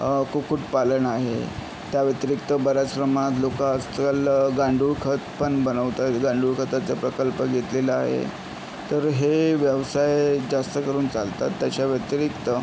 कुक्कुटपालन आहे त्याव्यतिरिक्त बऱ्याच प्रमाणात लोक आजकाल गांडूळ खत पण बनवत आहे गांडूळ खताचा प्रकल्प घेतलेला आहे तर हे व्यवसाय जास्तकरून चालतात त्याच्याव्यतिरिक्त